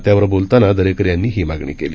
त्यावरबोलतानादरेकरयांनीहीमागणीकेली